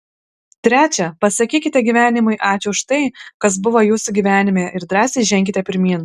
trečia pasakykite gyvenimui ačiū už tai kas buvo jūsų gyvenime ir drąsiai ženkite pirmyn